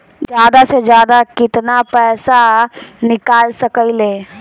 जादा से जादा कितना पैसा निकाल सकईले?